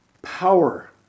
Power